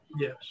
Yes